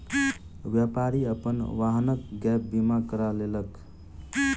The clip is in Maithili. व्यापारी अपन वाहनक गैप बीमा करा लेलक